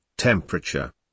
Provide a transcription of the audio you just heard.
temperature